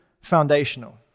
foundational